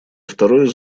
второе